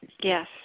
Yes